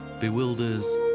Bewilders